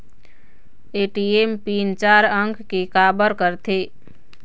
ATM pin चार अंक के का बर करथे?